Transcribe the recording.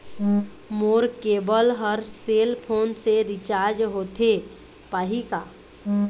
मोर cable हर cell phone से recharge होथे पाही का?